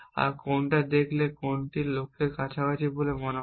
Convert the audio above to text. আর কোনটা দেখলে কোনটা কোনটা লক্ষ্যের কাছাকাছি বলে মনে হয়